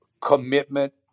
commitment